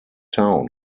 town